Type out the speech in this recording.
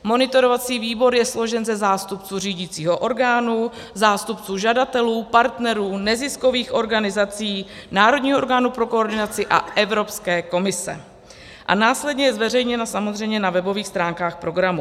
Monitorovací výbor je složen ze zástupců řídicího orgánu, zástupců žadatelů, partnerů, neziskových organizací, národního orgánu pro koordinaci a Evropské komise a následně je zveřejněna samozřejmě na webových stránkách programu.